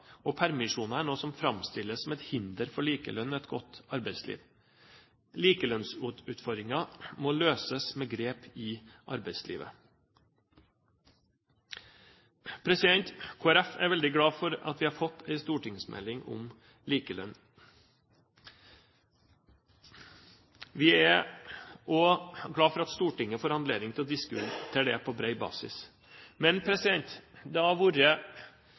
og permisjoner er noe som framstilles som et hinder for likelønn og et godt arbeidsliv. Likelønnsutfordringen må løses med grep i arbeidslivet. Kristelig Folkeparti er veldig glad for at vi har fått en stortingsmelding om likelønn. Vi er også glad for at Stortinget får anledning til å diskutere det på bred basis. Men det hadde vært